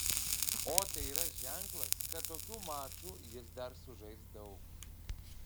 o tai yra ženklas kad tokių mačų jis dar sužais daug